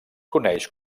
coneix